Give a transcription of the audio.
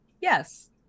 Yes